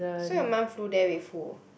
so your mum flew there with who